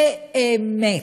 באמת?